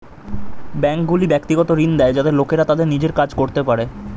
ব্যাঙ্কগুলি ব্যক্তিগত ঋণ দেয় যাতে লোকেরা তাদের নিজের কাজ করতে পারে